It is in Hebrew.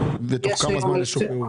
ותוך כמה זמן ישוחררו?